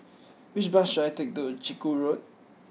which bus should I take to Chiku Road